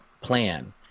plan